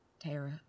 Tara